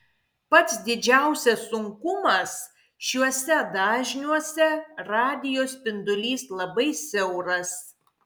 pats didžiausias sunkumas šiuose dažniuose radijo spindulys labai siauras